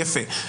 יפה.